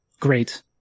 Great